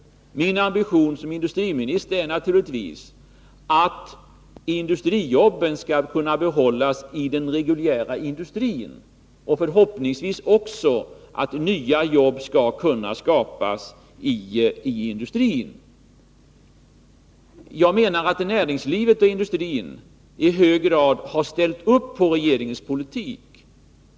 Min ambition som industriminister är naturligtvis att industrijobben skall kunna bibehållas i den reguljära industrin och naturligtvis också att nya jobb skall kunna skapas i industrin. Jag menar att näringslivet och industrin i hög grad har ställt upp på regeringens politik.